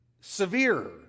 severe